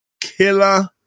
killer